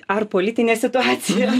ar politinė situacija